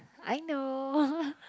I know